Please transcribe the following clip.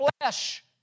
flesh